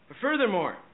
Furthermore